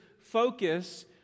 focus